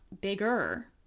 bigger